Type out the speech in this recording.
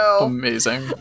Amazing